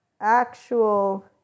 actual